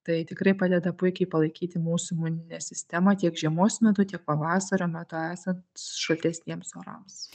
tai tikrai padeda puikiai palaikyti mūsų imuninę sistemą tiek žiemos metu tiek pavasario metu esant šaltesniems orams